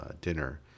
dinner